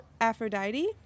Aphrodite